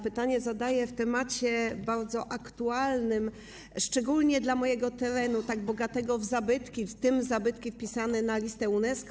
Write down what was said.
Pytanie zadaję na temat bardzo aktualny, szczególnie dla mojego terenu, tak bogatego w zabytki, w tym zabytki wpisane na listę UNESCO.